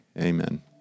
amen